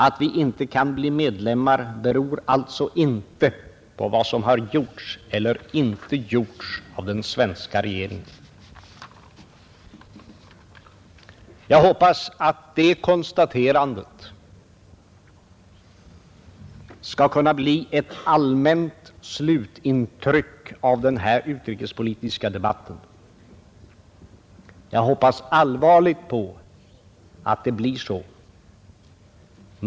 Att vi inte kan bli medlemmar beror alltså inte på vad som har gjorts eller inte gjorts av den svenska regeringen. Jag hoppas att det konstaterandet skall kunna bli ett allmänt slutintryck av den här utrikespolitiska debatten. Jag hoppas allvarligt på att det blir så.